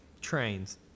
Trains